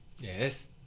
Yes